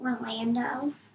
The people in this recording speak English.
Orlando